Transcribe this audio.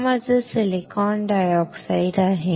हा माझा silicon dioxide आहे